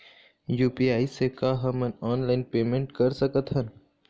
UPI से का हमन ऑनलाइन पेमेंट कर सकत हन?